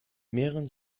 mehren